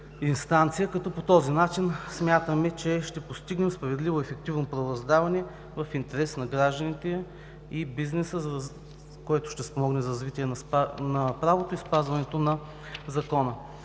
инстанция, като по този начин смятаме, че ще постигнем справедливо и ефективно правораздаване в интерес на гражданите и бизнеса, който ще спомогне за развитие на правото и спазването на закона.